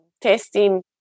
testing